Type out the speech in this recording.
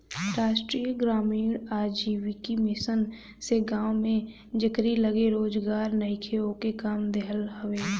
राष्ट्रीय ग्रामीण आजीविका मिशन से गांव में जेकरी लगे रोजगार नईखे ओके काम देहल हवे